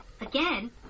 Again